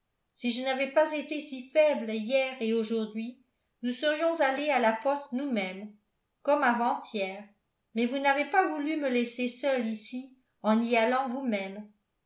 si je n'avais pas été si faible hier et aujourd'hui nous serions allées à la poste nous-mêmes comme avant-hier mais vous n'avez pas voulu me laisser seule ici en y allant vous-même